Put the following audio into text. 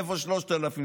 איפה 3000,